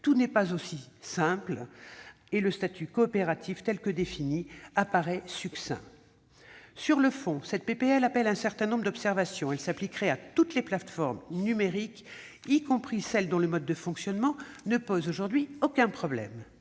Tout n'est pas aussi simple, et le statut coopératif, tel qu'il est défini, paraît succinct. Sur le fond, cette proposition de loi appelle un certain nombre d'observations. Elle s'appliquerait à toutes les plateformes numériques, y compris celles dont le mode de fonctionnement ne pose aujourd'hui aucun problème.